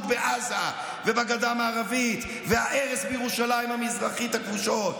בעזה ובגדה המערבית וההרס בירושלים המזרחית הכבושות,